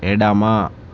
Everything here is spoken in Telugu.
ఎడమ